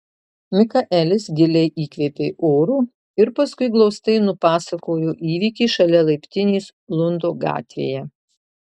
mikaelis giliai įkvėpė oro ir paskui glaustai nupasakojo įvykį šalia laiptinės lundo gatvėje